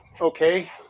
okay